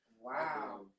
Wow